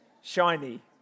shiny